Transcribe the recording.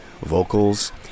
vocals